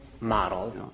model